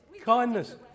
kindness